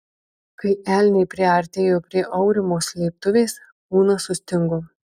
kai elniai priartėjo prie aurimo slėptuvės kūnas sustingo